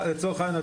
לצורך העניין,